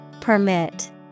Permit